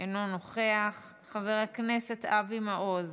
אינו נוכח, חבר הכנסת אבי מעוז,